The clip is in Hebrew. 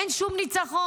אין שום ניצחון.